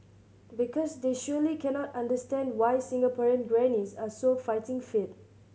because they surely cannot understand why Singaporean grannies are so fighting fit